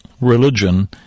religion